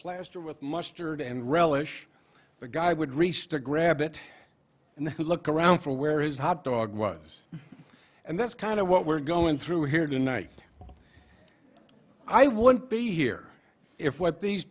plaster with mustard and relish the guy would restrict grab it and look around for where his hot dog was and that's kind of what we're going through here tonight i wouldn't be here if what these